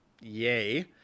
yay